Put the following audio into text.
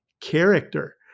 character